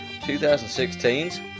2016's